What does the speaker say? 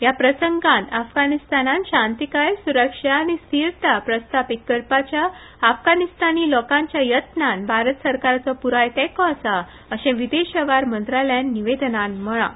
ह्या प्रसंगात अफगाणिस्तानात शांतीकाय सुरक्षा आनी स्थिरता प्रस्तापीक करपाच्या अफगाणिस्तानी लोकाच्या यत्नात भारत सरकाराचो पुराय तेको आसा अशेंय विदेश वेव्हार मंत्रालयान निवेदनात म्हळा